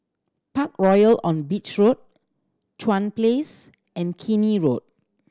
Parkroyal on Beach Road Chuan Place and Keene Road